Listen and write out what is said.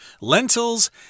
lentils